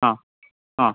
ആ ആ